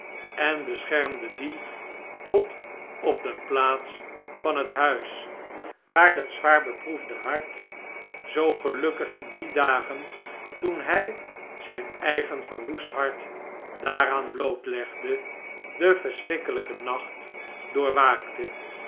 en beschermde die tot op de plaats van het huis waar dat zwaar beproefde hart zoo gelukkig in die dagen toen hy z jn eigen verwoest hart daaraan blootlegde den verschrikkelijken nacht doorwaakte